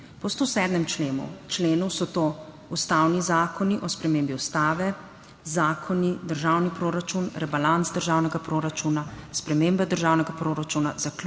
Po 107. členu, členu so to ustavni zakoni o spremembi ustave, zakoni, državni proračun, rebalans državnega proračuna, spremembe državnega proračuna, zaključni